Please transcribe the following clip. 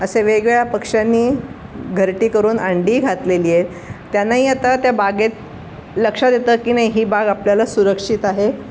असे वेगवेगळ्या पक्ष्यांनी घरटी करून अंडी घातलेली आहे त्यांनाही आता त्या बागेत लक्षात येतं की नाही ही बाग आपल्याला सुरक्षित आहे